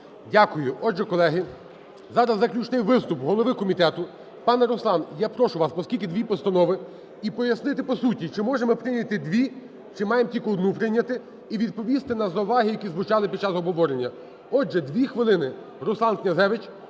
Дякую. Отже, колеги, зараз заключний виступ голови комітету. Пане Руслан, я прошу вас, оскільки дві постанови і пояснити по суті чи можемо ми прийняти дві, чи маємо тільки одну прийняти і відповісти на зауваги, які звучали під час обговорення. Отже, дві хвилини, Руслан Князевич.